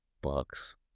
Bucks